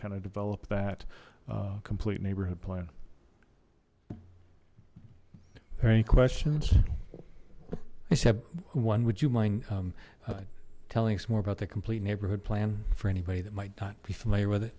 kind of develop that complete neighborhood plan there any questions i said one would you mind telling us more about the complete neighbourhood plan for anybody that might not be familiar with it